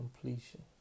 completion